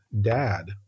Dad